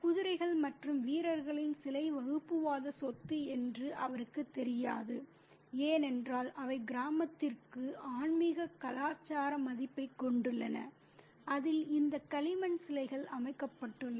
குதிரைகள் மற்றும் வீரர்களின் சிலை வகுப்புவாத சொத்து என்று அவருக்குத் தெரியாது ஏனென்றால் அவை கிராமத்திற்கு ஆன்மீக கலாச்சார மதிப்பைக் கொண்டுள்ளன அதில் இந்த களிமண் சிலைகள் அமைக்கப்பட்டுள்ளன